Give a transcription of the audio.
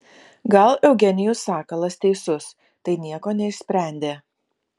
gal eugenijus sakalas teisus tai nieko neišsprendė